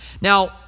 Now